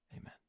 Amen